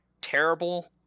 terrible